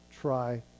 try